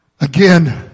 Again